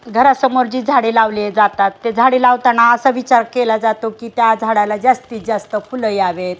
घरासमोर जी झाडे लावली जातात ते झाडे लावताना असा विचार केला जातो की त्या झाडाला जास्तीत जास्त फुलं यावेत